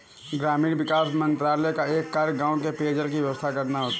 ग्रामीण विकास मंत्रालय का एक कार्य गांव में पेयजल की व्यवस्था करना होता है